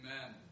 Amen